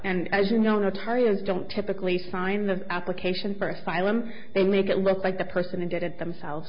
and as you know notorious don't typically sign the application for asylum they make it look like the person who did it themselves